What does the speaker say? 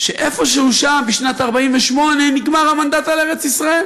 שאיפשהו שם בשנת 1948 נגמר המנדט על ארץ-ישראל,